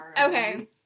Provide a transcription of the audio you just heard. Okay